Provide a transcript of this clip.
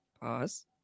Pause